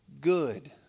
good